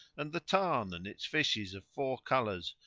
and the tarn and its fishes of four colours,